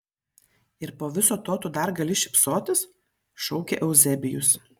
ir po viso to tu dar gali šypsotis šaukė euzebijus